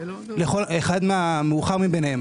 המאוחר מביניהם.